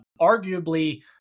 arguably